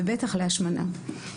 ובטח להשמנה.